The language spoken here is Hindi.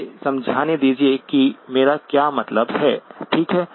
मुझे समझाने दीजिये कि मेरा क्या मतलब है ठीक है